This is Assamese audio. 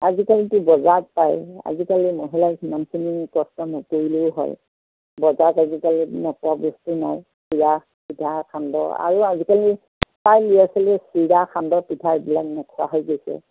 আজিকালিতো বজাৰত পায় আজিকালি মহিলাই সিমানখিনি কষ্ট নকৰিলেও হয় বজাৰত আজিকালি নোপোৱা বস্তু নাই চিৰা পিঠা সান্দহ আৰু আজিকালি প্ৰায় ল'ৰা ছোৱালীয়ে চিৰা সান্দহ পিঠা এইবিলাক নোখোৱা হৈ গৈছে